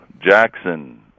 Jackson